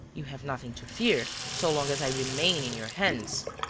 you have nothing to fear so long as i remain in your hands.